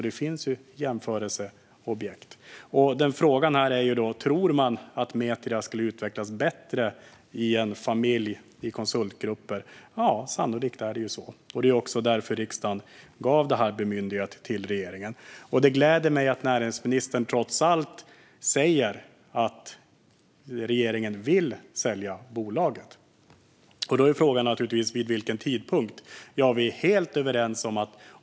Det finns alltså jämförelseobjekt. Skulle Metria utvecklas bättre i en familj av konsultgrupper? Ja, sannolikt är det så. Det är också därför riksdagen gett detta bemyndigande till regeringen. Det gläder mig att näringsministern trots allt säger att regeringen vill sälja bolaget. Då är frågan naturligtvis vid vilken tidpunkt det ska ske.